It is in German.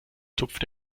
tupft